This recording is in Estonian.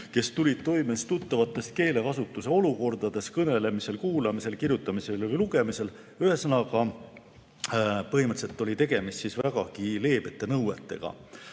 kes tulid toime tuttavates keelekasutuse olukordades, kõnelemisel, kuulamisel, kirjutamisel ja lugemisel. Ühesõnaga, põhimõtteliselt oli tegemist vägagi leebete nõuetega.